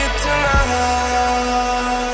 tonight